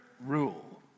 rule